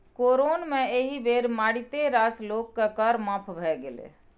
corona मे एहि बेर मारिते रास लोककेँ कर माफ भए गेलै